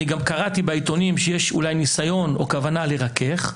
גם קראתי בעיתונים שיש אולי ניסיון או כוונה לרכך.